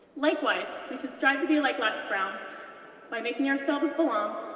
likewise, we should strive to be like les brown by making ourselves belong,